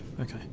Okay